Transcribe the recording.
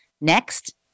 Next